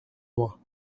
moi